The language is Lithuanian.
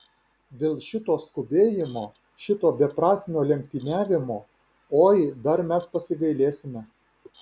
dėl šito skubėjimo šito beprasmio lenktyniavimo oi dar mes pasigailėsime